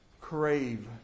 crave